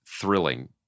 thrilling